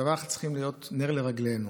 ודבר אחד צריך להיות נר לרגלינו,